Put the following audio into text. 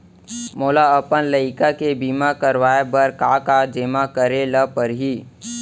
मोला अपन लइका के बीमा करवाए बर का का जेमा करे ल परही?